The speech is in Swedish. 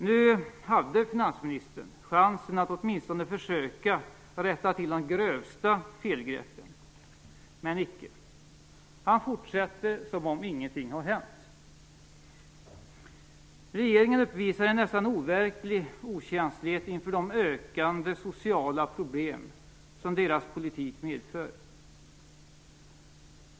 Nu hade finansministern chansen att åtminstone försöka rätta till de grövsta felgreppen. Men icke! Han fortsätter som om ingenting har hänt. Regeringen uppvisar en nästan overklig okänslighet inför de ökande sociala problem som regeringens politik medför.